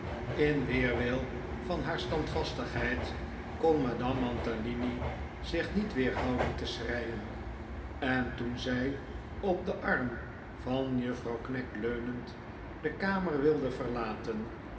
in weerwil van haar standvastigheid kon madame mantalini zich niet weerhouden te schreien en toen zij op den arm van juffrouw knag leunend de kamer wilde verlaten